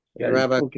Rabbi